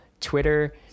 Twitter